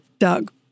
Doug